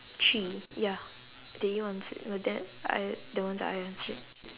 three ya that you answered no that I the ones I answered